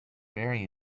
very